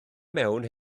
mewn